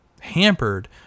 hampered